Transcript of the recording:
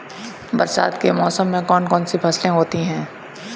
बरसात के मौसम में कौन कौन सी फसलें होती हैं?